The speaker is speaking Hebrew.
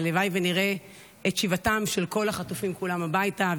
הלוואי שנראה את שיבתם של כל החטופים כולם הביתה,